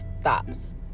stops